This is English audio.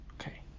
okay